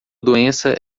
doença